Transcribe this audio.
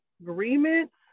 agreements